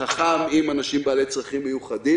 חכם עם אנשים בעלי צרכים מיוחדים.